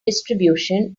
distribution